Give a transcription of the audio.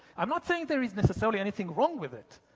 i'm not saying there is necessarily anything wrong with it.